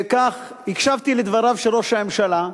כך, הקשבתי לדבריו של ראש הממשלה,